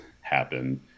happen